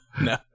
no